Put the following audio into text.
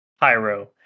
pyro